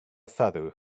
feather